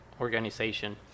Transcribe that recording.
organization